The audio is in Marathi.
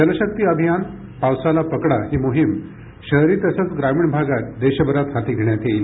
जलशक्ती अभियानः पावसाला पकडा ही मोहीम शहरी तसंच ग्रामीण भागात देशभरात हाती घेण्यात येईल